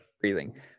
breathing